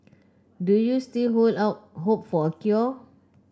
do you still hold out hope for a cure